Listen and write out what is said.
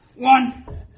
One